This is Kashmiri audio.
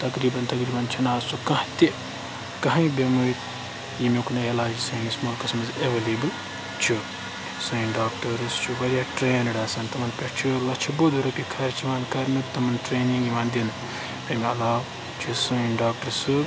تقریٖباً تقریٖباً چھُنہٕ اَز سسۄ کانٛہہ تہِ کٕہٕنٛۍ بیٚمٲرۍ ییٚمیُک نہٕ علاج سٲنِس مُلکَس منٛز ایٚویلیبُل چھُ سٲنۍ ڈاکٹٲرٕس چھِ واریاہ ٹرٛینٕڈ آسان تِمَن پٮ۪ٹھ چھُ لَچھِ بوٚد رۄپیہِ خرچ یِوان کَرنہٕ تِمَن ٹرٛینِنٛگ یِوان دِنہٕ اَمہِ علاوٕ چھِ سٲنۍ ڈاکٹَر صٲب